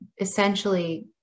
essentially